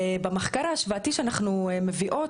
ובמחקר ההשוואתי שאנחנו מביאות,